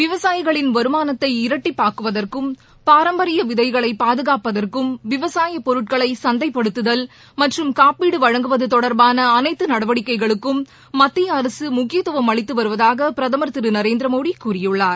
விவசாயிகளின் வருமானத்தை இரட்டிப்பாக்குவதற்கும் பாரம்பரிய விதைகளை பாதுகாப்பதற்கும் விவசாயப் பொருட்களை சந்தைப்படுத்துதல் மற்றும் காப்பீடு வழங்குவது தொடர்பான அனைத்து நடவடிக்கைகளுக்கும் முக்கியத்துவம் வருவதாக திரு நரேந்திரமோடி கூறியுள்ளார்